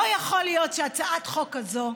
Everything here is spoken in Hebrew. לא יכול להיות שהצעת חוק כזאת,